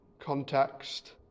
Context